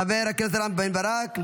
חבר הכנסת רם בן ברק,